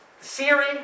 Siri